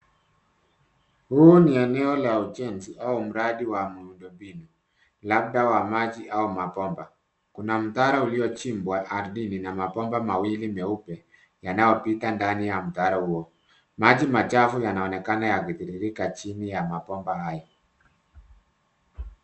Hii ni eneo la ujenzi au mradi wa muundo mbinu labda wa maji ama mabomba. Kuna mtaro uliochimbwa ardhini na mabomba mawili meupe yanayopita ndani ya mtaro huo. Maji machafu yanaokena yakitirikia chini ya mabomba hayo.